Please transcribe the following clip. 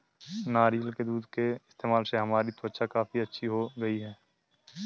नारियल के दूध के इस्तेमाल से हमारी त्वचा काफी अच्छी हो गई है